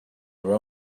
your